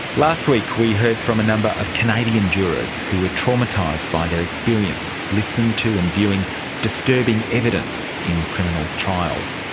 last week we heard from a number of canadian jurors who were traumatised by their experience listening to and viewing disturbing evidence in criminal trials.